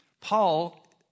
Paul